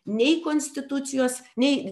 nei konstitucijos nei